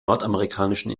nordamerikanischen